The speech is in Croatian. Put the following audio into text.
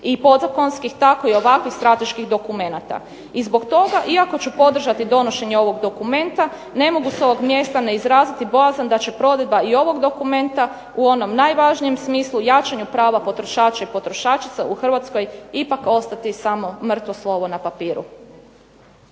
i podzakonskih, tako i ovakvih strateških dokumenata. I zbog toga, iako ću podržati donošenje ovog dokumenta ne mogu sa ovog mjesta ne izraziti bojazan da će provedba i ovog dokumenta u onom najvažnijem smislu jačanju prava potrošača i potrošačica u Hrvatskoj ipak ostati samo mrtvo slovo na papiru.